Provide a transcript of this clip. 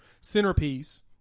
Centerpiece